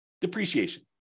depreciation